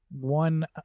One